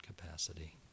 capacity